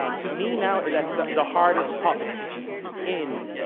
ah to me, now that's the the hardest topic in